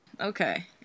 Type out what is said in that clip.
Okay